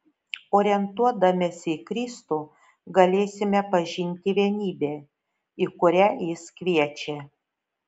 orientuodamiesi į kristų galėsime pažinti vienybę į kurią jis kviečia